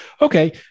Okay